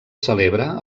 celebra